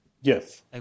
Yes